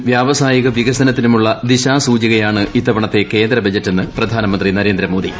രാജ്യത്തെ വ്യാവസായിക വികസനത്തിനുമുള്ള ദിശാസൂചികയാണ് ഇത്തവണത്തെ കേന്ദ്രബജറ്റെന്ന് പ്രധാനമന്ത്രി നരേന്ദ്രമോദി